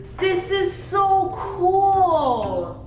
this is so cool! ahhh!